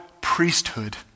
priesthood